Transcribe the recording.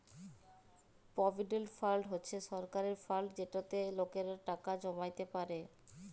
provident fund হছে সরকারের fund যেটতে লকেরা টাকা জমাইতে পারে